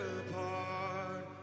apart